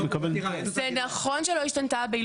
זה נכון שלא השתנתה הבעלות.